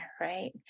right